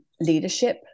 leadership